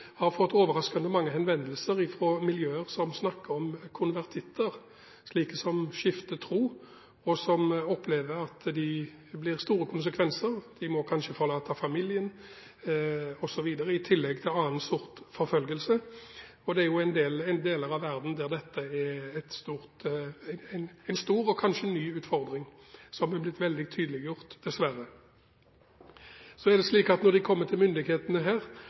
har fått overraskende mange henvendelser fra miljøer som snakker om konvertitter, de som skifter tro, og som opplever at det får store konsekvenser. De må kanskje forlate familien osv., i tillegg til annen slags forfølgelse. Det er deler av verden der dette er en stor og kanskje ny utfordring som er blitt veldig tydeliggjort – dessverre. Så er det slik at når de kommer til myndighetene her